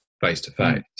face-to-face